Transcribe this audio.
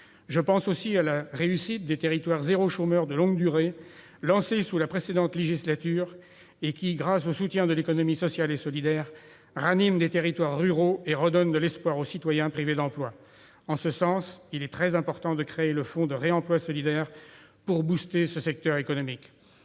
Je pense aussi à la réussite des territoires « zéro chômeur de longue durée », lancés sous la précédente législature et qui, grâce au soutien de l'économie sociale et solidaire, permettent de ranimer des territoires ruraux et de redonner de l'espoir aux citoyens privés d'emploi. En ce sens, il est très important de créer le fonds de réemploi solidaire pour booster ce secteur économique.